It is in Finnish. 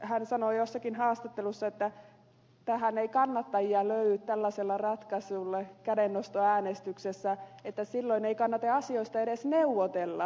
hän sanoi jossakin haastattelussa että ei kannattajia löydy tällaiselle ratkaisulle kädennostoäänestyksessä ja että silloin ei kannata asioista edes neuvotella